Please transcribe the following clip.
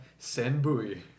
Senbui